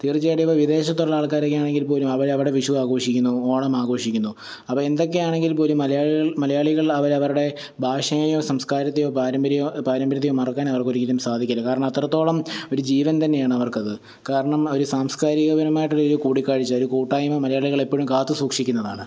തീർച്ചയായിട്ടും ഇപ്പോൾ വിദേശത്തുള്ള ആൾക്കാരൊക്കെ ആണെങ്കിൽ പോലും അവർ അവിടെ വിഷു ആഘോഷിക്കുന്നു ഓണം ആഘോഷിക്കുന്നു അപ്പോൾ എന്തൊക്കെയാണെങ്കിൽ പോലും മലയാളികൾ മലയാളികൾ അവ ർ അവരുടെ ഭാഷയെയോ സംസ്കാരത്തെയോ പാരമ്പര്യമോ പാരമ്പര്യത്തെയും മറക്കാൻ അവർക്ക് ഒരിക്കലും സാധിക്കില്ല കാരണം അത്രത്തോളം ഒരു ജീവൻ തന്നെയാണ് അവർക്ക് അത് കാരണം അവർ സാംസ്കാരിക പരമായിട്ടുള്ള ഒരു കൂടിക്കാഴ്ച ഒരു കൂട്ടായ്മ മലയാളികൾ എപ്പോഴും കാത്തു സൂക്ഷിക്കുന്നതാണ്